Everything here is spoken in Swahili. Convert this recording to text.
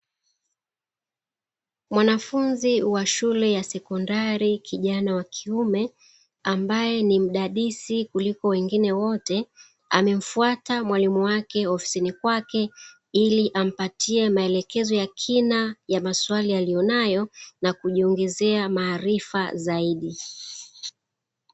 Mwanafunzi wa shule ya sekondari kijana wa kiume ambae ni mdadisi kuliko wengine wote, amemfuata mwalimu wake ofisini kwake ili ampatie maelekezo ya kina ya maswali aliyo nayo na kujiongezea maarifa zaidi.